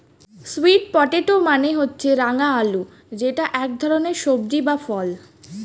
sweet potato মানে হচ্ছে রাঙা আলু যেটা এক ধরনের সবজি বা ফল